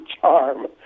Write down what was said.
charm